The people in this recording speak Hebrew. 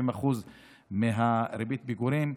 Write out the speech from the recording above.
40% מריבית הפיגורים.